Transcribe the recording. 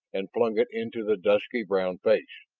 and flung it into the dusky brown face.